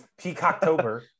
peacocktober